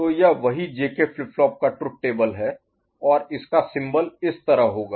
तो यह वही जेके फ्लिप फ्लॉप का ट्रुथ टेबल है और इसका सिंबल Symbol प्रतीक इस तरह होगा